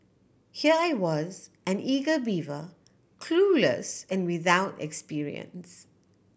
here I was an eager beaver clueless and without experience